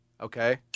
Okay